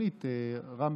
הוא לא יודע.